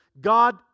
God